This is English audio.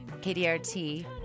kdrt